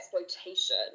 exploitation